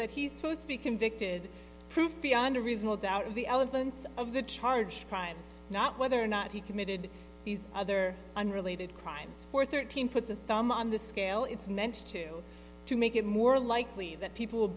that he's supposed to be convicted proved beyond a reasonable doubt of the elements of the charge crimes not whether or not he committed these other unrelated crimes for thirteen puts a thumb on the scale it's meant to to make it more likely that people will